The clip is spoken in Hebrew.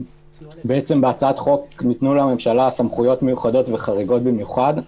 בהצעת החוק ניתנו לממשלה סמכויות מיוחדות וחריגות במיוחד.